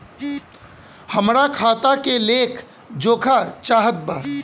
हमरा खाता के लेख जोखा चाहत बा?